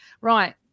Right